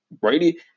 Brady